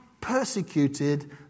persecuted